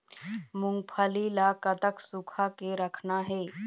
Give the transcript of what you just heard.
मूंगफली ला कतक सूखा के रखना हे?